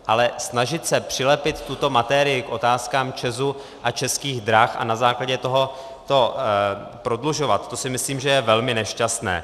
Ale snažit se přilepit tuto materii k otázkám ČEZu a Českých drah a na základě toho to prodlužovat, to si myslím, že je velmi nešťastné.